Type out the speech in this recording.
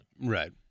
Right